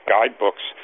Guidebooks